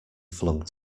flung